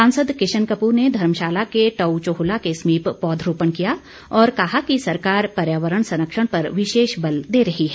सांसद किशन कपूर ने धर्मशाला के टउ चोहला के समीप पौधरोपण किया और कहा कि सरकार पर्यावरण संरक्षण पर विशेष बल दे रही है